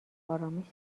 آرامش